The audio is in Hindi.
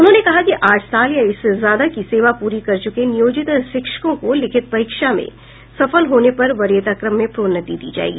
उन्होंने कहा कि आठ साल या इससे ज्यादा की सेवा प्ररी कर चुके नियोजित शिक्षकों को लिखित परीक्षा में सफल होने पर वरीयता क्रम में प्रोन्नति दी जायेगी